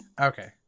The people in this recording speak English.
Okay